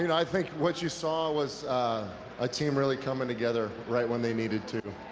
you know think what you saw was a team really coming together right when they needed to.